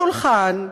שולחן,